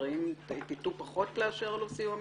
האם ייטו פחות לאשר לו סיוע משפטי?